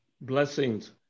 Blessings